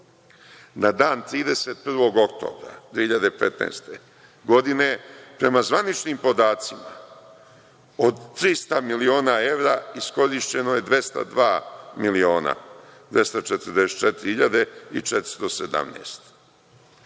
Na dan 31. oktobra 2015. godine, prema zvaničnim podacima, od 300 miliona evra iskorišćeno je 202.244.417.